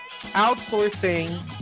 outsourcing